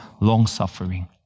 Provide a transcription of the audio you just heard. long-suffering